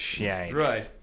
Right